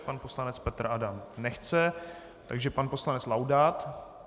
Pan poslanec Petr Adam nechce, takže pan poslanec Laudát.